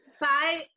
Bye